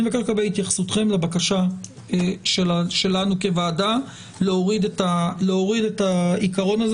אני מבקש לקבל התייחסותכם לבקשה שלנו כוועדה להוריד את העיקרון הזה